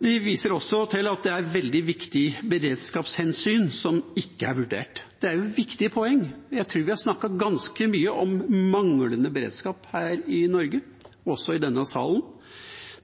De viser også til at det er veldig viktige beredskapshensyn som ikke er vurdert. Det er viktige poeng. Jeg tror vi har snakket ganske mye om manglende beredskap her i Norge, også i denne salen.